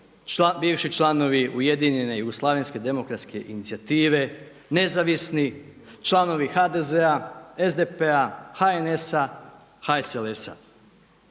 bivši članovi ujedinjene jugoslavenske demokratske inicijative, nezavisni, članovi HDZ-a, SDP-a, HNS-a, HSLS-a.